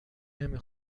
نمی